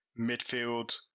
midfield